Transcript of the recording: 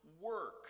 work